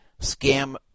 scam